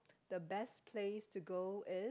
the best place to go is